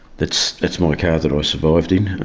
that's that's my car that i survived in,